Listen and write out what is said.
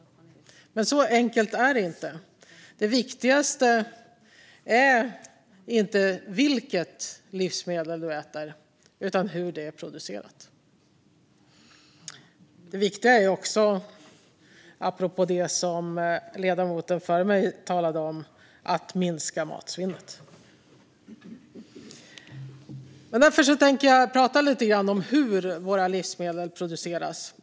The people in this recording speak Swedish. Men så enkelt är det inte. Det viktigaste är inte vilket livsmedel vi äter utan hur det är producerat. Det viktiga är också, apropå det som ledamoten före mig talade om, att minska matsvinnet. Jag tänker prata lite grann om hur våra livsmedel produceras.